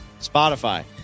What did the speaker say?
Spotify